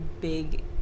big